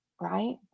right